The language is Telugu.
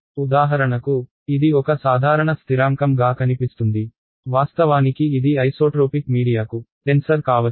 ఉదాహరణకు ఇది ఒక సాధారణ స్థిరాంకం గా కనిపిస్తుంది వాస్తవానికి ఇది ఐసోట్రోపిక్ మీడియాకు టెన్సర్ కావచ్చు